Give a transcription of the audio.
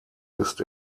ist